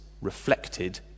reflected